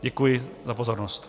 Děkuji za pozornost.